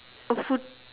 oh food